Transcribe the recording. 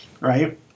right